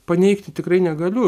paneigti tikrai negaliu